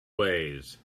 ways